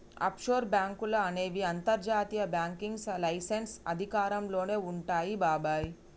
offshore బాంకులు అనేవి అంతర్జాతీయ బ్యాంకింగ్ లైసెన్స్ అధికారంలోనే వుంటాయి బాబాయ్